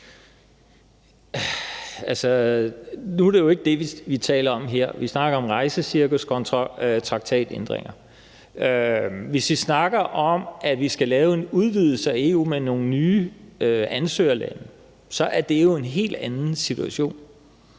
nu er det jo ikke det, vi taler om her. Vi snakker om rejsecirkus kontra traktatændringer. Hvis vi snakker om, at vi skal lave en udvidelse af EU med nogle nye ansøgerlande, så er det jo en helt anden situation,